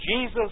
Jesus